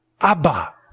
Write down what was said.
Abba